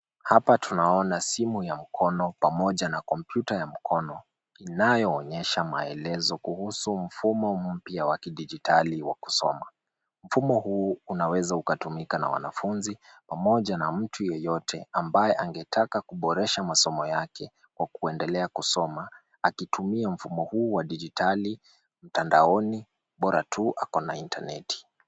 Hapa tunaona simu ya mkono pamoja na kompyuta ya mkono inayoonyesha maelezo kuhusu mfumo mpya wa kijidijitali wa kusoma. Mfumo huu unaweza ukatumika na wanafunzi pamoja na mtu yeyote ambaye angetaka kuboresha masomo yake kwa kuendelea kusoma akitumia mfumo huu wa dijitali mtandaoni bora tu ako na (cs)internet(cs).